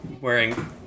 wearing